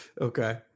okay